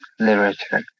Literature